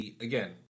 Again